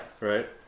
Right